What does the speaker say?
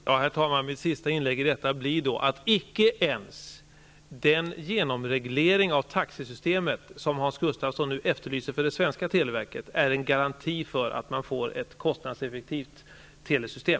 Herr talman! I detta mitt sista inlägg vill jag säga att icke ens den genomreglering av taxesystemet som Hans Gustafsson efterlyser för televerket i Sverige utgör en garanti för att man får ett kostnadseffektivt telesystem.